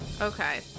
Okay